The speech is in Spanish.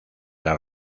las